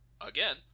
again